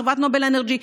חברת נובל אנרג'י,